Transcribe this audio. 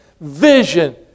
vision